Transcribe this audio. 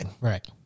Right